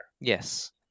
Yes